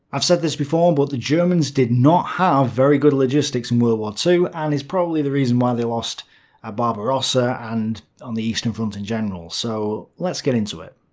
i've said this before but the germans did not have very good logistics in world war two, and it's probably the reason why they lost ah barbarossa and on the eastern front in general. so let's get into it.